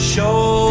Show